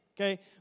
Okay